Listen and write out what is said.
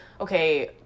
okay